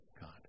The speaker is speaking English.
God